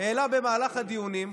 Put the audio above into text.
העלה במהלך הדיונים,